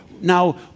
now